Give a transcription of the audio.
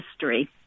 history